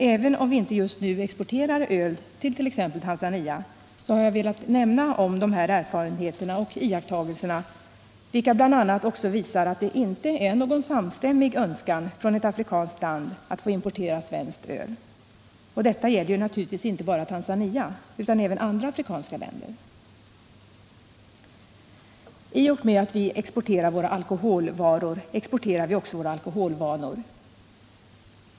Även om viinte just nu exporterar öl till t.ex. Tanzania har jag velat nämna de här erfarenheterna och iakttagelserna, vilka bl.a. också visar att det inte är någon samstämmig önskan från ett afrikanskt land att få importera svenskt öl. Och detta gäller naturligtvis inte bara Tanzania utan även andra afrikanska länder. I och med att vi exporterar våra alkoholvaror exporterar vi också våra alkoholvanor.